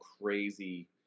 crazy